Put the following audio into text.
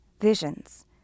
visions